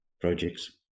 projects